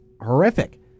horrific